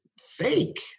fake